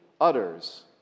utters